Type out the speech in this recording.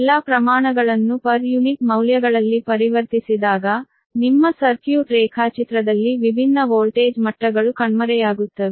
ಎಲ್ಲಾ ಪ್ರಮಾಣಗಳನ್ನು ಪ್ರತಿ ಯುನಿಟ್ ಮೌಲ್ಯಗಳಲ್ಲಿ ಪರಿವರ್ತಿಸಿದಾಗ ನಿಮ್ಮ ಸರ್ಕ್ಯೂಟ್ ರೇಖಾಚಿತ್ರದಲ್ಲಿ ವಿಭಿನ್ನ ವೋಲ್ಟೇಜ್ ಮಟ್ಟಗಳು ಕಣ್ಮರೆಯಾಗುತ್ತವೆ